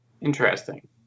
Interesting